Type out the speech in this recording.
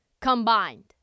combined